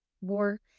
war